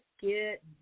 get